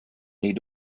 need